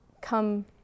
come